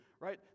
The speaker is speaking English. right